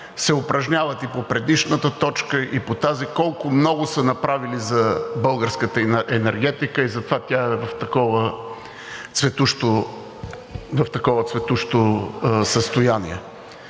се упражняват и по предишната точка, и по тази, колко много са направили за българската енергетика и затова тя е в такова цветущо състояние.